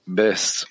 best